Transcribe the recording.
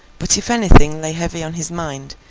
but if anything lay heavy on his mind,